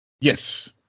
Yes